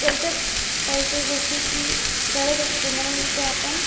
परतच काही काही गोष्टीची गरज असते म्हणून ते आपण